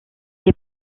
est